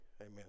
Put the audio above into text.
Amen